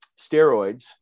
steroids